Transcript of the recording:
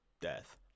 death